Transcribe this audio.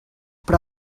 però